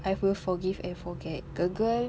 I will forgive and forget girl girl